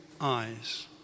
eyes